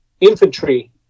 infantry